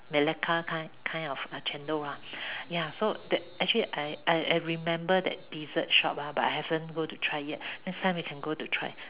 Malacca kind kind of ah chendol lah ya so that actually I I I remember that dessert shop ah but I haven't go to try yet next time we can go to try